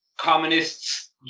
Communists